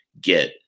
get